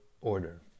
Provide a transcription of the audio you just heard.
order